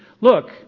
look